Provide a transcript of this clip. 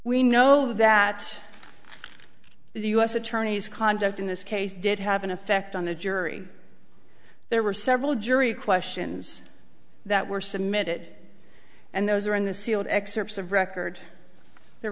we know that the u s attorney's conduct in this case did have an effect on the jury there were several jury questions that were submitted and those are in the sealed excerpts of record there